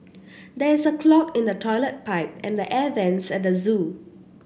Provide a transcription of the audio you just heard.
there is a clog in the toilet pipe and the air vents at the zoo